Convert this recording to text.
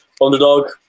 Underdog